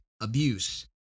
abuse